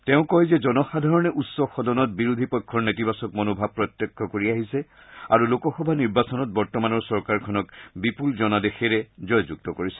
তেওঁ কয় যে জনসাধাৰণে উচ্চ সদনত বিৰোধী পক্ষৰ নেতিবাচক মনোভাব প্ৰত্যক্ষ কৰি আহিছে আৰু লোকসভা নিৰ্বাচনত বৰ্তমানৰ চৰকাৰখনক বিপুল জনাদেশেৰে জয়যুক্ত কৰিছে